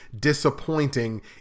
disappointing